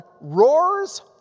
roars